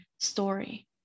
story